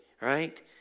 right